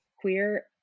queer